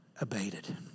abated